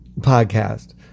podcast